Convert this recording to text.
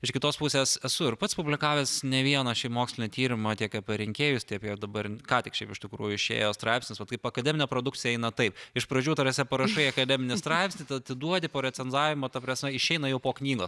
iš kitos pusės esu ir pats publikavęs ne vieną šiaip mokslinį tyrimą tiek apie rinkėjus tiek apie dabar ką tik iš tikrųjų išėjo straipsnis vat taip akademinė produkcija eina taip iš pradžių ta prasme parašai akademinį straipsnį tada atiduodi po recenzavimo ta prasme išeina jau po knygos